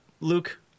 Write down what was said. Luke